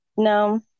No